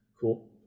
cool